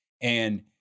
And-